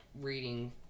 reading